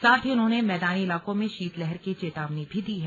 साथ ही उन्होंने मैदानी इलाकों में शीत लहर की चेतावनी भी दी है